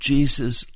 Jesus